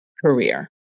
career